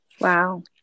Wow